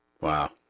Wow